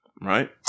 right